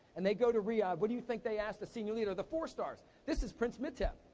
and they go to riyadh, what do you think they ask the senior leader? the four stars. this is prince mutaib.